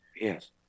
Yes